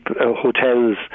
hotels